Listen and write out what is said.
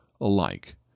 alike